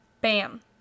Bam